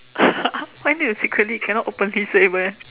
why need to secretly cannot open this way meh